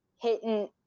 Hitting